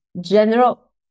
general